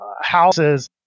houses